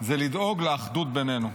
זה לדאוג לאחדות בינינו.